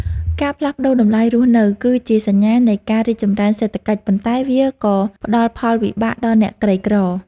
ការផ្លាស់ប្ដូរតម្លៃរស់នៅ គឺជាសញ្ញានៃការរីកចម្រើនសេដ្ឋកិច្ច ប៉ុន្តែវាក៏ផ្ដល់ផលវិបាកដល់អ្នកក្រីក្រ។